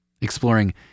Exploring